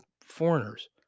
foreigners